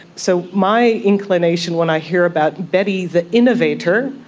so my inclination when i hear about betty the innovator,